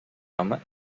home